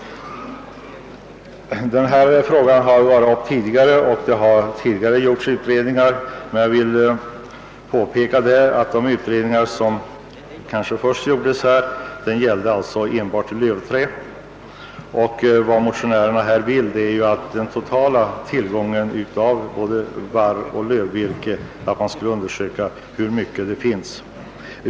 Denna fråga har tidigare varit föremål för behandling, och utredningar har genomförts i samband härmed. Jag vill dock påpeka att de utredningar som först gjorts i detta avseende gällt enbart lövträ. Vad motionärerna önskar är att den totala tillgången av både barroch lövvirke skulle inventeras.